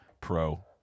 Pro